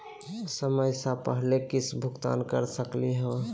समय स पहले किस्त भुगतान कर सकली हे?